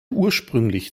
ursprünglich